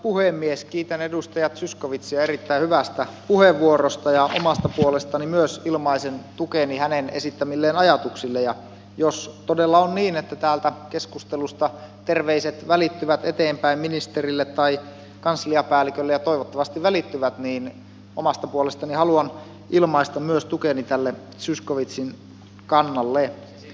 kiitän edustaja zyskowiczia erittäin hyvästä puheenvuorosta ja omasta puolestani myös ilmaisen tukeni hänen esittämilleen ajatuksille ja jos todella on niin että täältä keskustelusta terveiset välittyvät eteenpäin ministerille tai kansliapäällikölle ja toivottavasti välittyvät niin omasta puolestani haluan ilmaista myös tukeni tälle zyskowiczin kannalle